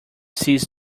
sees